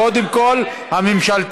קודם כול הממשלתית.